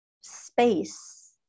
space